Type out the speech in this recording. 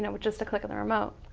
know, with just a click of the remote.